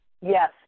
Yes